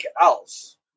else